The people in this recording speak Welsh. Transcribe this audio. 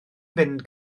fynd